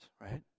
right